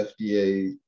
FDA